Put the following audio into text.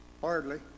Hardly